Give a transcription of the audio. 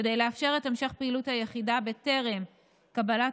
כדי לאפשר את המשך פעילות היחידה בטרם קבלת